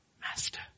Master